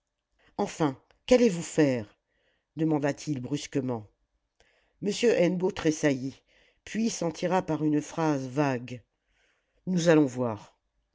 enfin qu'allez-vous faire demanda-t-il brusquement m hennebeau tressaillit puis s'en tira par une phrase vague nous allons voir